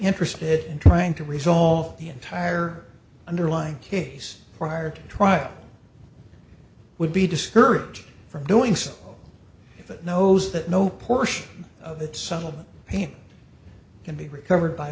interested in trying to resolve the entire underlying case prior to trial would be discouraged from doing so if it knows that no portion of it some of that pain can be recovered by